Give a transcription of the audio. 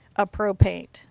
a pro paint.